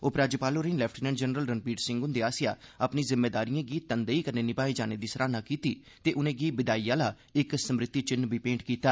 उपराज्यपाल होरें lieutenant general Ranbir Singh हुंदे आसेआ अपनी जिम्मेदारिएं गी तनदेई कन्नै निभाए जाने दी सराहना कीती ते उनें'गी बिदाई आहली इक स्मृति चिन्ह बी भेंट कीता